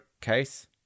case